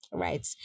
Right